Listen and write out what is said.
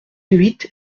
huit